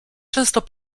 często